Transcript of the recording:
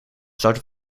zout